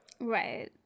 Right